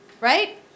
Right